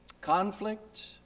conflict